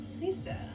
Lisa